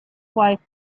wife